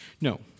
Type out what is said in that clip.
No